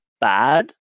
bad